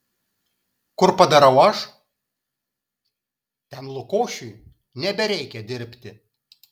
kur padarau aš ten lukošiui nebereikia dirbti